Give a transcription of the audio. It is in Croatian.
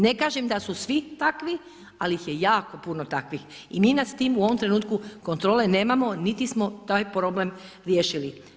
Ne kažem da su svi takvi, ali ih je jako puno takvih i mi nad tim u ovom trenutku kontrole nemamo niti smo taj problem riješili.